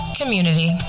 community